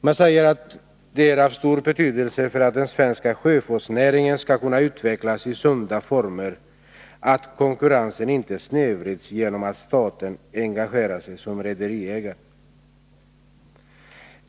Man säger att det är av stor betydelse för att den svenska sjöfartsnäringen skall kunna utvecklas i sunda former att konkurrensen inte snedvrids genom att staten engagerar sig som rederiägare.